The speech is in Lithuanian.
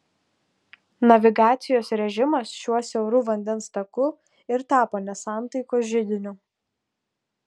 navigacijos režimas šiuo siauru vandens taku ir tapo nesantaikos židiniu